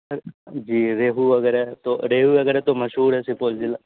جی ریہو وگیرہ ہے تو ڑیہو وگیرہ تو مشہوڑ ہے سپول ضلع